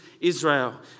israel